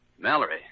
Mallory